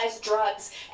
drugs